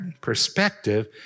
perspective